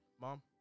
Mom